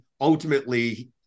ultimately